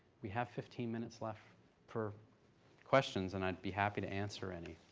we have fifteen minutes left for questions, and i'd be happy to answer any.